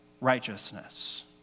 righteousness